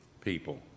people